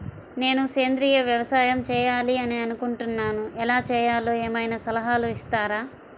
నేను సేంద్రియ వ్యవసాయం చేయాలి అని అనుకుంటున్నాను, ఎలా చేయాలో ఏమయినా సలహాలు ఇస్తారా?